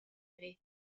eri